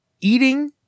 Eating